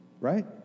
Right